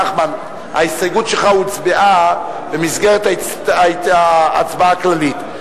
נחמן, ההסתייגות שלך הוצבעה במסגרת ההצבעה הכללית.